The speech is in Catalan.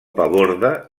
paborde